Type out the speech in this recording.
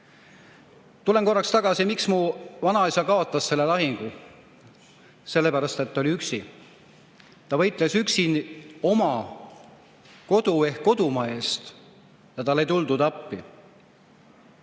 Tulen korraks tagasi selle juurde, miks mu vanaisa kaotas selle lahingu. Sellepärast, et ta oli üksi. Ta võitles üksi oma kodu ehk kodumaa eest ja talle ei tuldud appi.